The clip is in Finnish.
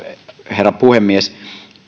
herra puhemies